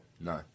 No